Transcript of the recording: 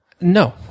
No